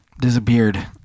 disappeared